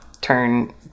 turn